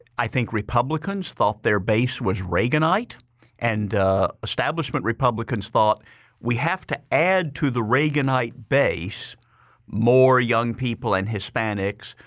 i think republicans thought their base was reaganite and establishment republicans thought we have to add to the reaganite base more young people and hispanics.